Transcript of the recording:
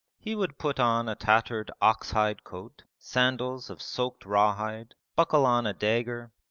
he would put on a tattered ox-hide coat, sandals of soaked raw hide, buckle on a dagger,